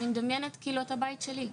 אני מדמיינת את הבית שלי,